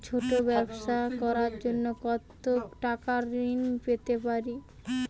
ছোট ব্যাবসা করার জন্য কতো টাকা ঋন পেতে পারি?